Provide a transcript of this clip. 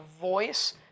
voice